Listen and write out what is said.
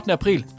april